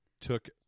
took